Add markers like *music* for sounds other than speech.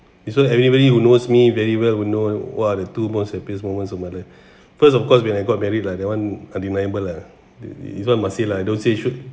this one anybody who knows me very well will know what are the two most happiest moments of my life *breath* first of course when I got married lah that one undeniable lah this this one must say lah don't say should